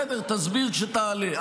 בסדר, תסביר כשתעלה.